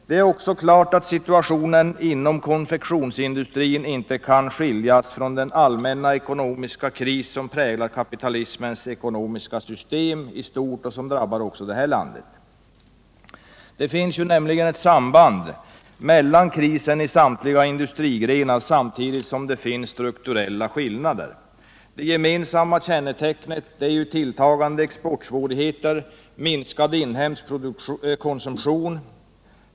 Det är också klart att situationen inom konfektionsindustrin inte kan skiljas från den allmänna ekonomiska kris som präglar kapitalismens ekonomiska system i stort och som drabbar också vårt land. Det finns nämligen ett samband mellan krisen i samtliga industrigrenar, samtidigt som det finns strukturella skillnader. Det gemensamma kännetecknet är tilltagande exportsvårigheter och minskad inhemsk konsumtion.